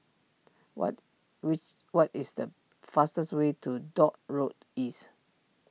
what which what is the fastest way to Dock Road East